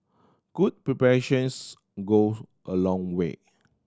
good preparations go a long way